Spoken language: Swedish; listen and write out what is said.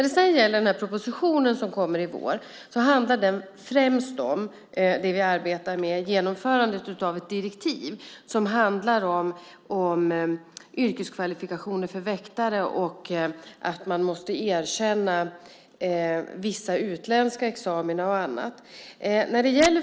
Den proposition som kommer i vår handlar främst om det vi arbetar med, nämligen genomförandet av ett direktiv som handlar om yrkeskvalifikationer för väktare och att man måste erkänna vissa utländska examina och annat.